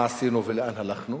מה עשינו ולאן הלכנו?